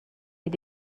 est